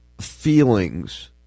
feelings